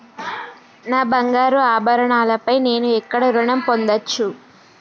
నా బంగారు ఆభరణాలపై నేను ఎక్కడ రుణం పొందచ్చు?